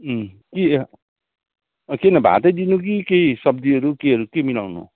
के किन भातै दिनु कि केही सब्जीहरू केहीहरू के मिलाउनु